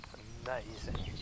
amazing